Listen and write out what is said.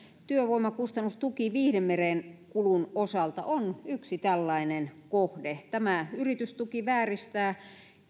työvoimakustannustuki viihdemerenkulun osalta on yksi tällainen kohde tämä yritystuki vääristää